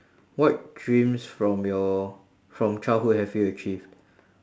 what dreams from your from childhood have you achieved